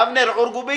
אבנר עורקבי